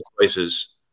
choices